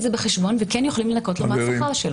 זה בחשבון וכן יכולים לנכות לו משכרו.